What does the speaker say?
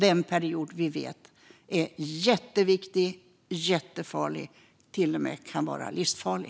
Vi vet att den perioden är jätteviktig och jättefarlig - den kan till och med vara livsfarlig.